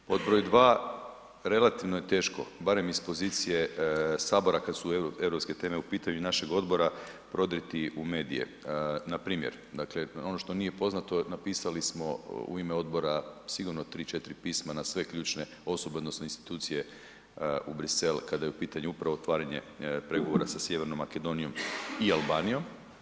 Pod br. 2. relativno je teško, barem iz pozicije HS kad su europske teme u pitanju, našeg odbora prodrijeti u medije, npr. dakle ono što nije poznato napisali smo u ime odbora sigurno 3-4 pisma na sve ključne osobe odnosno institucije u Brisel kada je u pitanju upravo otvaranje pregovora sa Sjevernom Makedonijom i Albanijom.